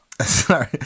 Sorry